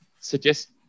suggest